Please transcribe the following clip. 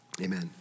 Amen